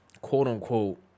quote-unquote